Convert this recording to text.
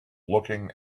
looking